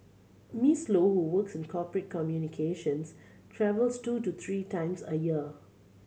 Miss Low who works in corporate communications travels two to three times a year